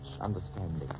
understanding